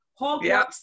Hogwarts